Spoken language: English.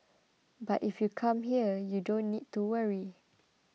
but if you come here you don't need to worry